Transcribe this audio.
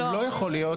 לא יכול להיות.